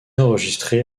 enregistré